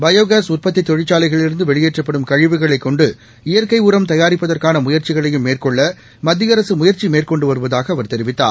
bio gas உற்பத்தி தொழிற்சாலைகளிலிருந்து வெளியேற்றப்படும் கழிவுகளைக் கொண்டு இயற்கை உரம் தயாரிப்பதற்கான முயற்சிகளையும் மேற்கொள்ள மத்திய அரசு முயற்சி மேற்கொண்டு வருவதாக அவர் தெரிவித்தார்